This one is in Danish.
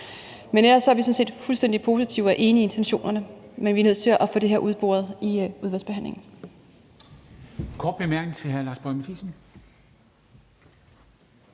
meget positive og fuldstændig enige i intentionerne, men vi er nødt til at få det her udboret i udvalgsbehandlingen.